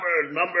number